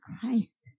Christ